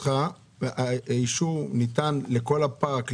האישור ניתן לכל הפארק?